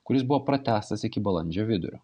kuris buvo pratęstas iki balandžio vidurio